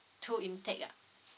two intake yeah